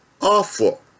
awful